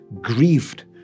grieved